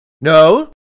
No